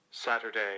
Saturday